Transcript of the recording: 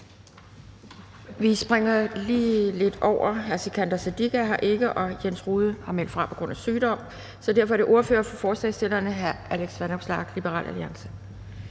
Vi springer lige lidt over, for hr. Sikandar Siddique er her ikke, og hr. Jens Rohde har meldt fra på grund af sygdom. Så derfor er det ordføreren for forslagsstillererne, hr. Alex Vanopslagh, Liberal Alliance.